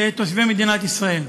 לתושבי מדינת ישראל.